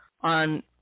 on